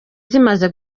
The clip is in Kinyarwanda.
zimaze